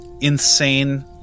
insane